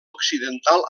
occidental